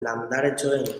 landaretxoen